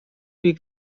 ich